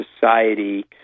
society